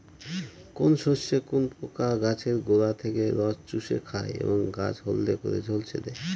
কোন শস্যে কোন পোকা গাছের গোড়া থেকে রস চুষে খায় এবং গাছ হলদে করে ঝলসে দেয়?